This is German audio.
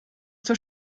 zur